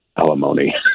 Alimony